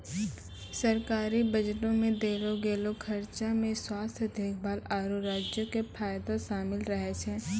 सरकारी बजटो मे देलो गेलो खर्चा मे स्वास्थ्य देखभाल, आरु राज्यो के फायदा शामिल रहै छै